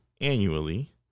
annually